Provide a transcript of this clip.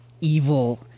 evil